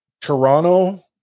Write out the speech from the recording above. Toronto